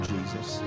Jesus